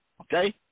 okay